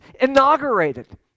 inaugurated